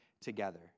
together